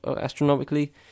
astronomically